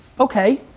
okay,